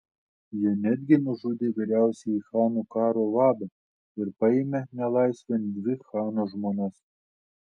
jie netgi nužudė vyriausiąjį chano karo vadą ir paėmė nelaisvėn dvi chano žmonas